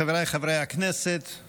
חבריי חברי הכנסת,